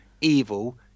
evil